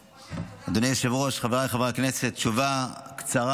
אדוני היושב-ראש, חבריי חברי הכנסת, תשובה קצרה.